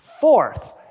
Fourth